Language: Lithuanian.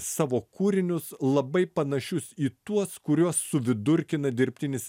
savo kūrinius labai panašius į tuos kuriuos suvidurkina dirbtinis